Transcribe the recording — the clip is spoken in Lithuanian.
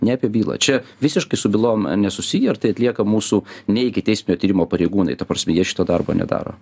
ne apie bylą čia visiškai su bylom nesusiję ir tai atlieka mūsų ne ikiteisminio tyrimo pareigūnai ta prasme jie šito darbo nedaro